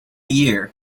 year